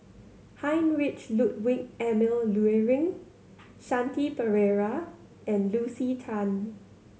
Heinrich Ludwig Emil Luering Shanti Pereira and Lucy Tan